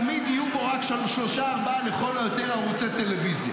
תמיד יהיו בו לכל היותר רק שלושה-ארבעה ערוצי טלוויזיה.